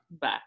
Bye